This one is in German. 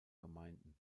gemeinden